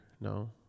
No